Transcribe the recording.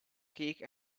cake